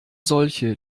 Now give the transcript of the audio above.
solche